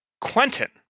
Quentin